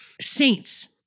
saints